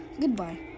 Goodbye